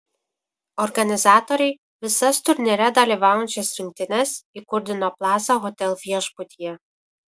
organizatoriai visas turnyre dalyvaujančias rinktines įkurdino plaza hotel viešbutyje